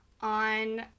on